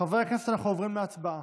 חברי הכנסת, אנחנו עוברים להצבעה.